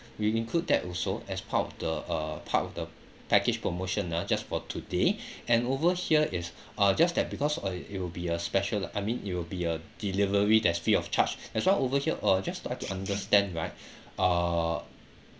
we include that also as part of the uh part of the package promotion ah just for today and over here it's uh just that because uh it will be a special lah I mean it will be a delivery that's free of charge that's why over here uh just try to understand right uh